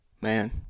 Man